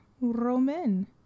Roman